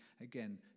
again